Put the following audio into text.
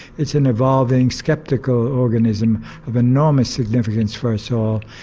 it's an evolving sceptical organism of enormous significance for us all.